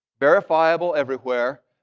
verifiable everywhere,